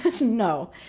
No